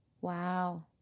Wow